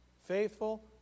Faithful